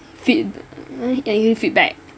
feed I I you feedback